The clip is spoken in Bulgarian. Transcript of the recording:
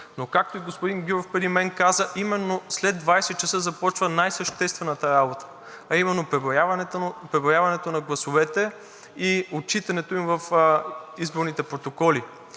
Както и господин Гюров преди мен каза, именно след 20,00 ч. започва най-съществената работа, а именно преброяването на гласовете и отчитането им в изборните протоколи.